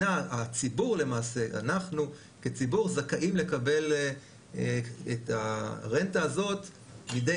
שאנחנו כציבור זכאים לקבל את הרנטה הזאת מידי